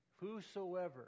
Whosoever